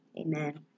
Amen